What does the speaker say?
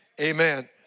Amen